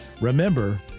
remember